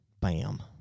Bam